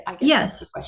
Yes